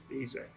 Easy